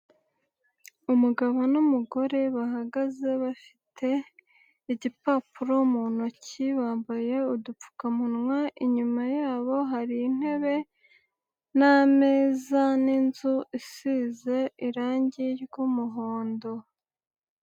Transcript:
Umugabo n'umugore bahagaze bafite igipapuro mu ntoki bambaye udupfukamunwa, inyuma yabo hari intebe n'ameza n'inzu isize irange ry'umuhondo.